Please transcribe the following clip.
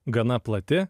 gana plati